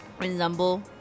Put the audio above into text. resemble